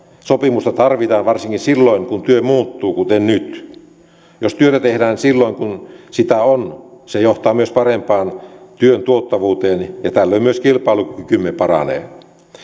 sopimusta tarvitaan varsinkin silloin kun työ muuttuu kuten nyt jos työtä tehdään silloin kun sitä on se johtaa myös parempaan työn tuottavuuteen ja tällöin myös kilpailukykymme paranee